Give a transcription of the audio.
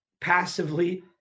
passively